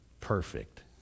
perfect